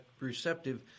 receptive